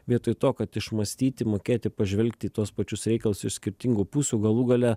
vietoj to kad išmąstyti mokėti pažvelgti į tuos pačius reikalus iš skirtingų pusių galų gale